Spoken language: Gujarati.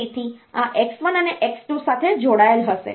તેથી આ x1 અને x2 સાથે જોડાયેલ હશે